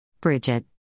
Bridget